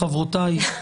חברותיי,